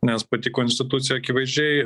nes pati konstitucija akivaizdžiai